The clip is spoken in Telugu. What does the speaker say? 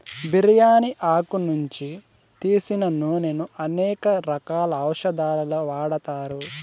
బిర్యాని ఆకు నుంచి తీసిన నూనెను అనేక రకాల ఔషదాలలో వాడతారు